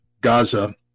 Gaza